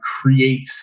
create